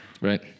right